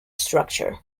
structure